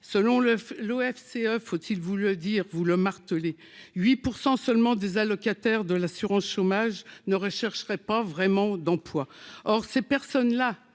selon le l'OFCE, faut-il vous le dire, vous le martelez 8 % seulement des allocataires de l'assurance chômage n'aurait chercherait pas vraiment d'emploi, or ces personnes-là,